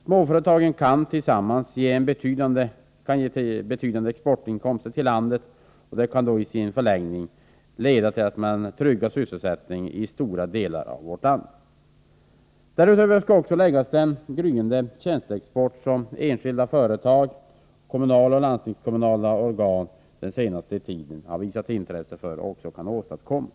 Småföretagen kan tillsammans ge betydande exportinkomster till landet. Detta kan i sin förlängning leda till att sysselsättning tryggas i stora delar av vårt land. Därtill skall läggas att det är viktigt att den gryende tjänsteexport som enskilda företag, kommunala och landstingskommunala organ den senaste tiden visat intresse för också kan åstadkommas.